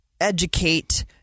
educate